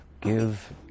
Give